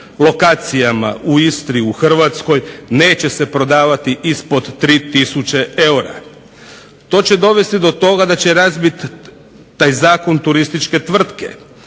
lokacijama u Istri i u Hrvatskoj neće se prodavati ispod 3 tisuće eura. To će dovesti do toga da će razvit taj zakon turističke tvrtke.